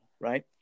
right